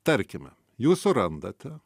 tarkime jūs surandate